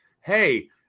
hey